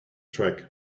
track